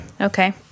Okay